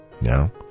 Now